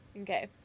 okay